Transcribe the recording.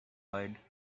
wide